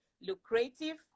lucrative